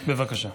בבקשה.